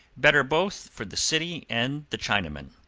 better both for the city and the chinaman.